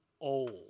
old